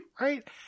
Right